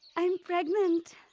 i'm pregnant!